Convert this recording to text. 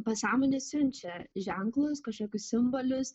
pasąmonė siunčia ženklus kažkokius simbolius